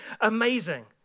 amazing